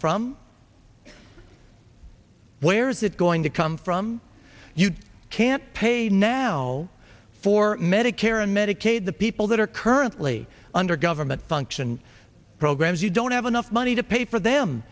from where's it going to come from you can't pay now for medicare and medicaid the people that are currently under government function programs you don't have enough money to pay for them